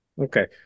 Okay